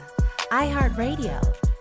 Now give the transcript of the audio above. iHeartRadio